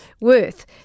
worth